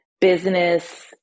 business